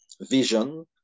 vision